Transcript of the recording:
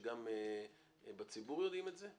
שגם בציבור יודעים את זה?